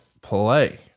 play